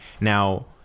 Now